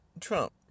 Trump